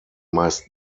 meist